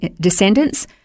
descendants